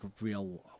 real